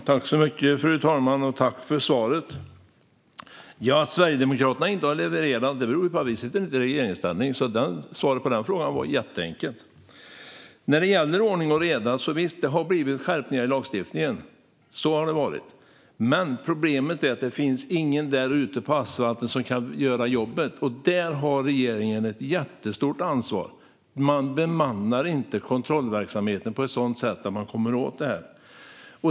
Fru talman! Jag tackar Elin Gustafsson för svaret. Att Sverigedemokraterna inte har levererat beror ju på att vi inte sitter i regeringsställning. Svaret på den frågan är alltså enkelt. Vad gäller ordning och reda har lagstiftningen skärpts. Problemet är dock att det inte finns någon ute på asfalten som kan göra jobbet. Här har regeringen ett stort ansvar eftersom man inte bemannar kontrollverksamheten så att vi kommer åt detta.